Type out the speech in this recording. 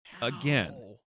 again